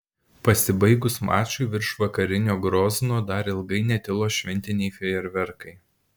pasibaigus mačui virš vakarinio grozno dar ilgai netilo šventiniai fejerverkai